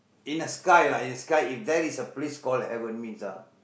in the sky lah in the sky if there's a place call heaven means ah